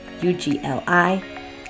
U-G-L-I